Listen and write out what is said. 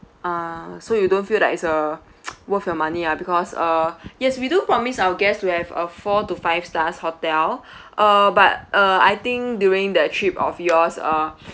ah so you don't feel like it's uh worth your money ah because uh yes we do promise our guest will have a four to five stars hotel uh but uh I think during the trip of yours uh